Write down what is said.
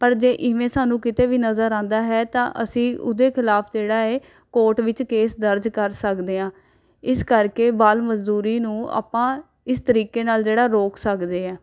ਪਰ ਜੇ ਇਵੇਂ ਸਾਨੂੰ ਕਿਤੇ ਵੀ ਨਜ਼ਰ ਆਉਂਦਾ ਹੈ ਤਾਂ ਅਸੀਂ ਉਹਦੇ ਖਿਲਾਫ ਜਿਹੜਾ ਹੈ ਕੋਟ ਵਿੱਚ ਕੇਸ ਦਰਜ ਕਰ ਸਕਦੇ ਹਾਂ ਇਸ ਕਰਕੇ ਬਾਲ ਮਜ਼ਦੂਰੀ ਨੂੰ ਆਪਾਂ ਇਸ ਤਰੀਕੇ ਨਾਲ ਜਿਹੜਾ ਰੋਕ ਸਕਦੇ ਹਾਂ